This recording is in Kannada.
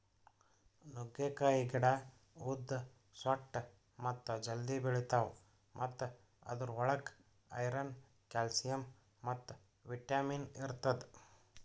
ನುಗ್ಗೆಕಾಯಿ ಗಿಡ ಉದ್ದ, ಸೊಟ್ಟ ಮತ್ತ ಜಲ್ದಿ ಬೆಳಿತಾವ್ ಮತ್ತ ಅದುರ್ ಒಳಗ್ ಐರನ್, ಕ್ಯಾಲ್ಸಿಯಂ ಮತ್ತ ವಿಟ್ಯಮಿನ್ ಇರ್ತದ